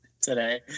today